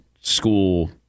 school